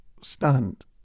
stunned